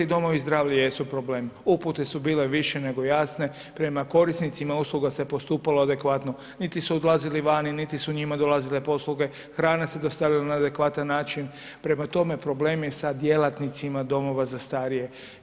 Domovi zdravlja jesu problem, upute su bile više nego jasne, prema korisnicima usluga se postupalo adekvatno, niti su odlazili vani, niti su njima dolazile posluge, hrana se dostavljala na adekvatan način, prema tome problem je sa djelatnicima domova za starije.